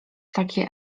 takie